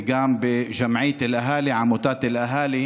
וגם בג'מעיית אל-אהאלי,